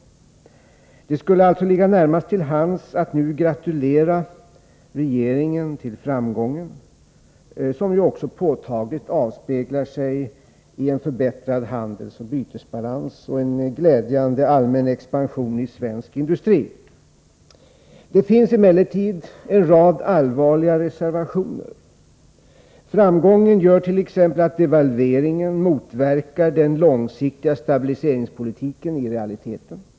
Det skulle alltså ligga närmast till hands att nu gratulera regeringen till framgången, som också påtagligt avspeglar sig i en förbättrad handelsoch bytesbalans och en glädjande allmän expansion i svensk industri. Det finns emellertid en rad allvarliga reservationer att framföra. Framgången gör t.ex. att devalveringen i realiteten motverkar den långsiktiga stabiliseringspolitiken.